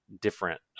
different